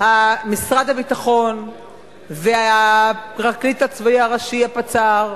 משרד הביטחון והפרקליט הצבאי הראשי, הפצ"ר,